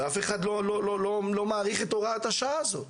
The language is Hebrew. אף אחד לא מאריך את הוראת השעה הזו.